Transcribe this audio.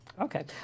Okay